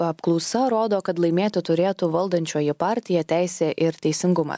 apklausa rodo kad laimėti turėtų valdančioji partija teisė ir teisingumas